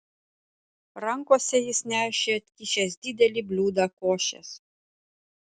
rankose jis nešė atkišęs didelį bliūdą košės